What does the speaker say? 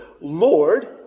Lord